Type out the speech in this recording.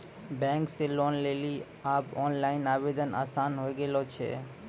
bank से loan लेली आब ओनलाइन आवेदन आसान होय गेलो छै